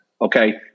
okay